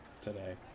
today